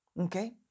Okay